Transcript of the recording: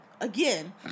again